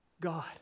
God